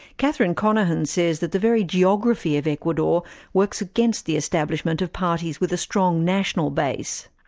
catherine conaghan says that the very geography of ecuador works against the establishment of parties with a strong national base.